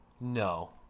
No